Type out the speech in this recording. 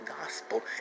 gospel